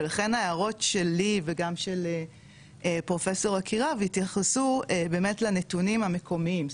ולכן ההערות שלי וגם של פרופסור עקירב התייחסו באמת לנתונים המקומיים,